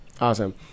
Awesome